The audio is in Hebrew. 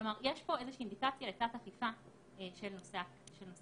כלומר יש פה איזה שהיא אינדיקציה לתת אכיפה של נושא הקנסות